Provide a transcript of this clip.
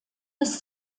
des